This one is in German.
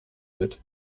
wird